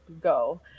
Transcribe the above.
go